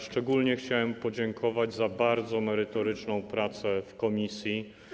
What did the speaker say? Szczególnie chciałbym podziękować za bardzo merytoryczną pracę w komisji.